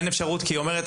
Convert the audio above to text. אין אפשרות כי היא אומרת,